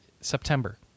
September